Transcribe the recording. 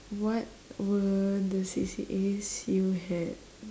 what were the C_C_As you had